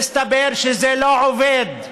מסתבר שזה לא עובד.